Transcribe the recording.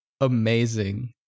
amazing